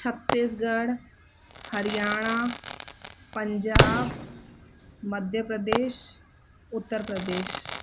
Chhattisgarh Haryana Punjab Madhya Pradesh Uttar Pradesh